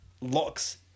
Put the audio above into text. locks